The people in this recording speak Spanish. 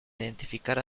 identificar